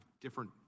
different